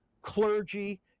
clergy